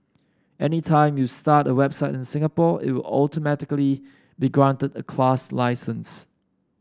anytime you start a website in Singapore it will automatically be granted a class license